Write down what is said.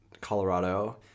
Colorado